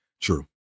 True